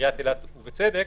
עיריית אילת ובצדק